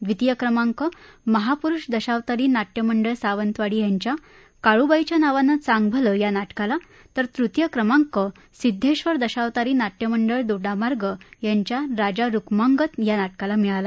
द्वितीय क्रमांक महाप्रूष दशावतारी नाट्य मंडळ सावंतवाडी यांच्या काळुबाईच्या नावान चांगभल या नाटकाला तर तृतीय क्रमांक सिध्देशर दशावतारी नाट्य मंडळ दोडामार्ग यांच्या राजा रुक्मांगद या नाटकाला मिळला